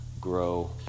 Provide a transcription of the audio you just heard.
grow